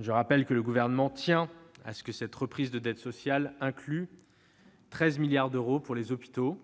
ce rappel : le Gouvernement tient à ce que cette reprise de dette sociale inclue 13 milliards d'euros pour les hôpitaux.